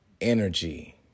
energy